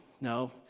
No